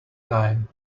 time